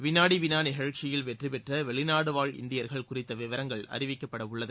விநாடிவினாநிகழ்ச்சியில் பெற்றிபெற்றவெளிநாடுவாழ் இந்தியர்கள் குறித்தவிவரங்கள் அறிவிக்கப்படவுள்ளது